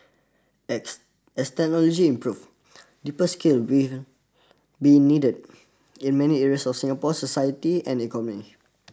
ex as technology improves deeper skills will be needed in many areas of Singapore's society and economy